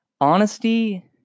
Honesty